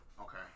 Okay